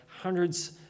hundreds